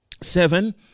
Seven